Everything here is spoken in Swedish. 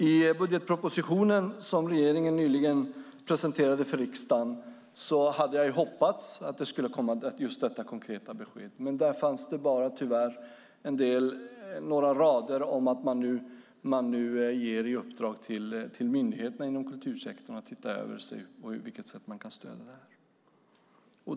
I budgetpropositionen, som regeringen nyligen presenterade för riksdagen, hade jag hoppats att just detta konkreta besked skulle komma. Där fanns dock tyvärr bara några rader om att man nu ger i uppdrag till myndigheterna inom kultursektorn att se över på vilket sätt man kan stödja detta.